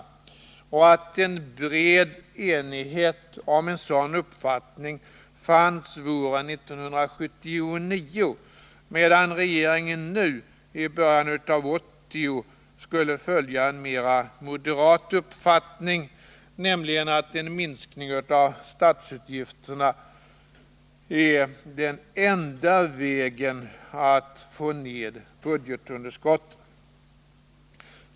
Vidare säger socialdemokraterna att en bred enighet om en sådan uppfattning fanns våren 1979, medan regeringen nu, i början av 1980, skulle ha en mera moderat färgad uppfattning, nämligen att en minskning av statsutgifterna är den enda vägen att få ned budgetunderskottet.